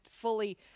fully